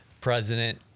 president